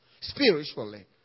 Spiritually